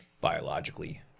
biologically